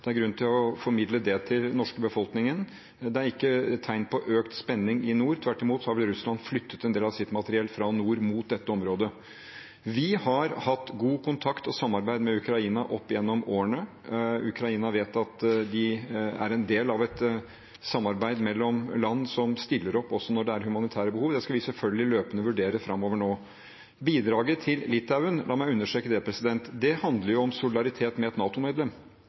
Det er grunn til å formidle det til den norske befolkningen. Det er ikke tegn på økt spenning i nord. Tvert imot har vel Russland flyttet en del av sitt materiell fra nord mot dette området. Vi har hatt god kontakt og samarbeid med Ukraina opp gjennom årene. Ukraina vet at de er en del av et samarbeid mellom land som stiller opp også når det er humanitære behov. Det skal vi selvfølgelig løpende vurdere nå framover. Bidraget til Litauen – la meg understreke det – handler jo om solidaritet med et